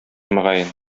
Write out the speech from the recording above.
мөгаен